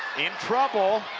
in trouble.